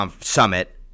summit